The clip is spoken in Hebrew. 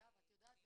שם, גם זה בסדר,